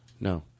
no